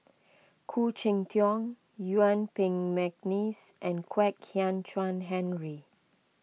Khoo Cheng Tiong Yuen Peng McNeice and Kwek Hian Chuan Henry